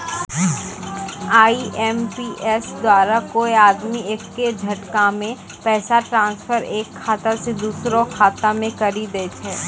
IMPS द्वारा कोय आदमी एक्के झटकामे पैसा ट्रांसफर एक खाता से दुसरो खाता मे करी दै छै